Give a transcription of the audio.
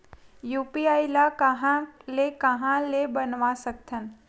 UPI ल कहां ले कहां ले बनवा सकत हन?